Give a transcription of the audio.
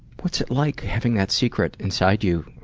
what's it like having that secret inside you?